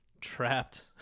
trapped